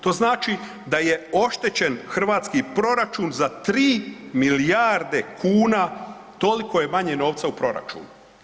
To znači da je oštećen hrvatski proračun za 3 milijarde kuna, toliko je manje novaca u proračunu.